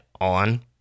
on